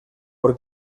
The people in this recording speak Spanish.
por